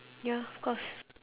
ya of course